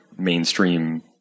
mainstream